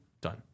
done